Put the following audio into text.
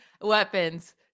weapons